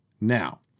Now